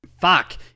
fuck